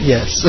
Yes